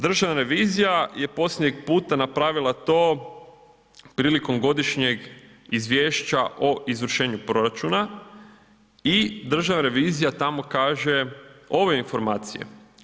Državna revizija je posljednjeg puta napravila to prilikom godišnjeg izvješća o izvršenju proračuna i Državna revizija tamo kaže ove informacije.